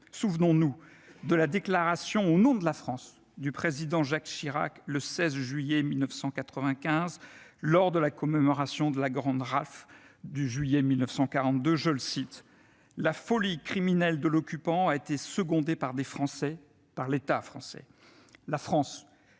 Souvenons-nous de la déclaration, au nom de la France, du président Jacques Chirac, le 16 juillet 1995, lors de la commémoration de la grande rafle de juillet 1942 :« La folie criminelle de l'occupant a été secondée par des Français, par l'État français, [